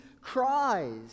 cries